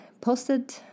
posted